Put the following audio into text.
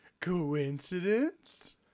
Coincidence